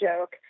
joke